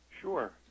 Sure